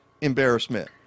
embarrassment